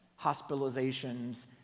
hospitalizations